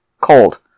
cold